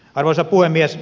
arvoisa puhemies